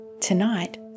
Tonight